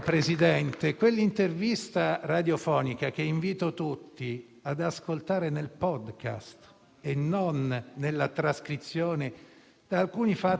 perché lo supporto anche io, che ancora oggi ha difficoltà ad indicare un Commissario *ad acta* per la sanità calabrese.